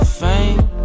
fame